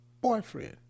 boyfriend